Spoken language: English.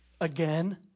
again